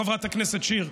חברת הכנסת שיר,